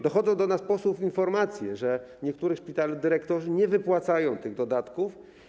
Dochodzą do nas, posłów, informacje, że w niektórych szpitalach dyrektorzy nie wypłacają tych dodatków.